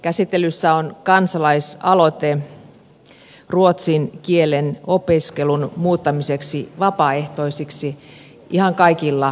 käsittelyssä on kansalaisaloite ruotsin kielen opiskelun muuttamiseksi vapaaehtoiseksi ihan kaikilla koulutusasteilla